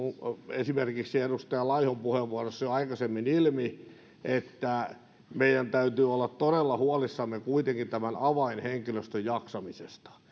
esimerkiksi edustaja laihon puheenvuorosta jo aikaisemmin ilmi että meidän täytyy kuitenkin olla todella huolissamme tämän avainhenkilöstön jaksamisesta